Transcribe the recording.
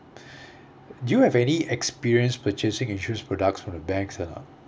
do you have any experience purchasing insurance products from the banks or not uh